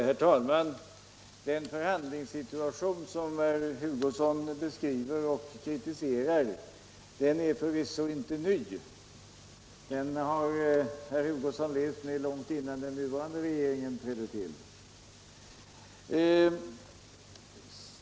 Herr talman! Den förhandlingssituation som herr Hugosson beskriver och kritiserar är förvisso inte ny. Den levde herr Hugosson med långt innan den nuvarande regeringen trädde till.